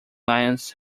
lions